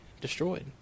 destroyed